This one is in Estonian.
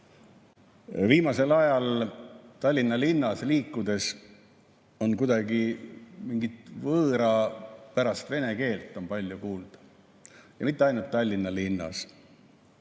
Viimasel ajal Tallinna linnas liikudes on mingit võõrapärast vene keelt palju kuulda. Ja mitte ainult Tallinna linnas,